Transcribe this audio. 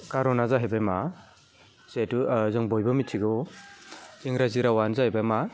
कारना जाहैबाय मा जिहेतु जों बयबो मिथिगौ इंराजि रावआनो जाहैबाय मा